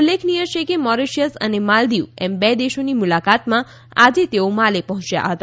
ઉલ્લેખનીય છે કે મોરેશિયસ અને માલદિવ એમ બે દેશોની મુલાકાતમાં આજે તેઓ માલે પહોંચ્યા હતા